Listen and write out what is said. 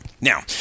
Now